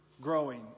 growing